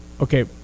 Okay